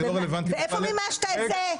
זה לא רלוונטי --- ואיפה מימשת את זה?